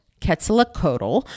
quetzalcoatl